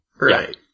Right